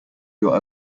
your